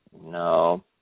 No